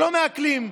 שלא מעקלים,